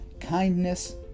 kindness